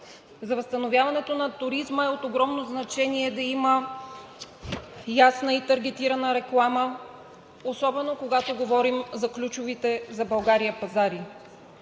За възстановяването на туризма е от огромно значение да има ясна и таргетирана реклама, особено когато говорим за ключовите за България пазари.